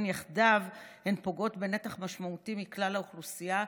יחדיו הן פוגעות בנתח משמעותי מכלל האוכלוסייה,